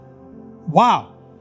wow